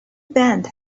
band